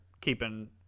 keeping